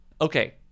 Okay